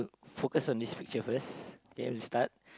focus on this picture first K we start